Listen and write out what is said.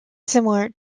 similar